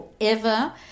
forever